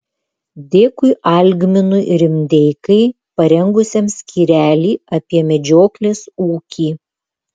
dėkui algminui rimdeikai parengusiam skyrelį apie medžioklės ūkį